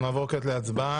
אנחנו נעבור כעת להצבעה.